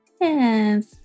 Yes